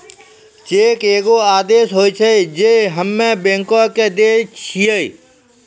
cheque एगो आदेश होय छै जे हम्मे बैंको के दै छिये